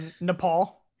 Nepal